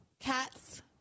Cats